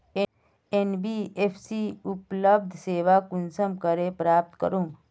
NBFC उपलब्ध सेवा कुंसम करे प्राप्त करूम?